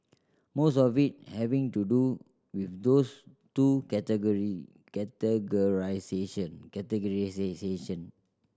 most of it having to do with those two categorisation